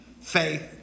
faith